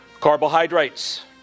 carbohydrates